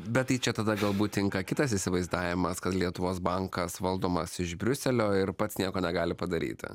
bet tai čia tada galbūt tinka kitas įsivaizdavimas kad lietuvos bankas valdomas iš briuselio ir pats nieko negali padaryti